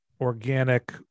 organic